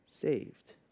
saved